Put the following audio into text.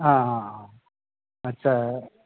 অঁ আচ্ছা